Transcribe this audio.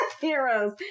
Heroes